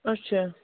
اچھا